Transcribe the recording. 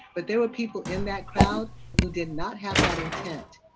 but there were people in that crowd who did not have that intent.